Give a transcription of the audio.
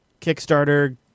Kickstarter